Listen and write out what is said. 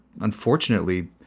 unfortunately